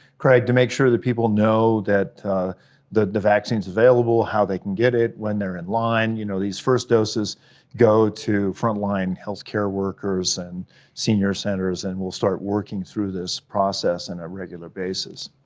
craig, to make sure that people know that the the vaccine's available, how they can get it, when they're in line, you know, these first doses go to frontline healthcare workers and senior centers. and we'll start working through this process on and a regular basis.